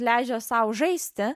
leidžia sau žaisti